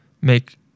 make